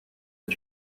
est